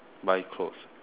buy clothes